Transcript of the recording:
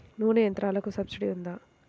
నూనె యంత్రాలకు సబ్సిడీ ఉందా?